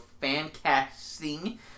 fan-casting